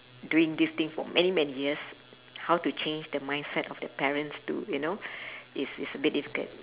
doing this thing for many many years how to change the mindset of the parents to you know it's it's a bit difficult